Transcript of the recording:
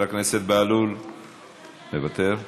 מוותר,